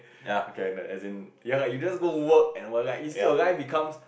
okay and as in ya lah you just go work and well like you see your life becomes